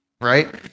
right